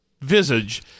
visage